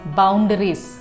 boundaries